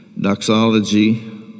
doxology